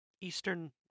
eastern